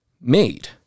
made